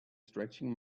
stretching